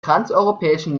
transeuropäischen